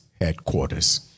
headquarters